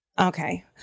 Okay